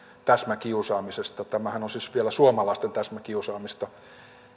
täsmäkiusaamisesta tämähän on siis vielä suomalaisten täsmäkiusaamista